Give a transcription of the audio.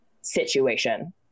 situation